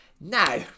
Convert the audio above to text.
Now